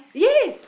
yes